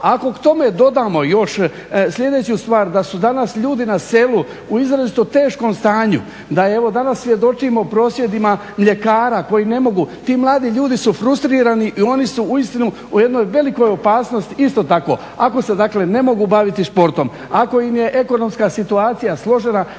Ako k tome dodamo još slijedeću stvar – da su danas ljudi na selu i izrazito teškom stanju, da evo svjedočimo prosvjedima mljekara koji ne mogu.. Ti mladi ljudi su frustrirani i oni su uistinu u jednoj velikoj opasnosti. Isto tako, ako se ne dakle ne mogu baviti sportom, ako im je ekonomska situacija složena,